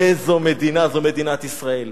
איזו מדינה זו מדינת ישראל.